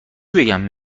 بگم